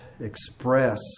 express